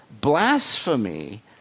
blasphemy